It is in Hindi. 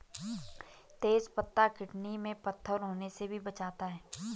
तेज पत्ता किडनी में पत्थर होने से भी बचाता है